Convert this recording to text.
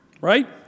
Right